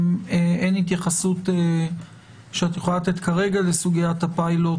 אם אין התייחסות שאת יכולה לתת כרגע לסוגית הפילוט,